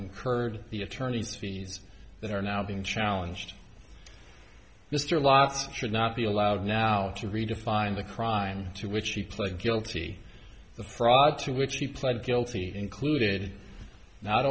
incurred the attorneys fees that are now being challenged mr lots should not be allowed now to redefine the crime to which he pled guilty the fraud to which he pled guilty included not